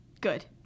Good